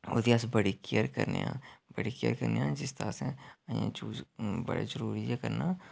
ओह्दी अस बड़ी केयर करने आं बड़ी केयर करने आं असें यूज़ बड़ा जरूरी जेहा करना